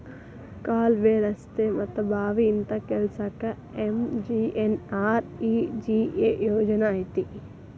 ಕಾಲ್ವೆ, ರಸ್ತೆ ಮತ್ತ ಬಾವಿ ಇಂತ ಕೆಲ್ಸಕ್ಕ ಎಂ.ಜಿ.ಎನ್.ಆರ್.ಇ.ಜಿ.ಎ ಯೋಜನಾ ಐತಿ